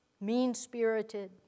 mean-spirited